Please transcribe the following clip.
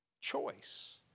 choice